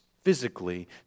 physically